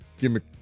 gimmick